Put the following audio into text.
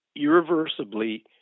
irreversibly